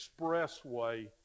expressway